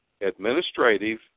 Administrative